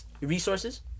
resources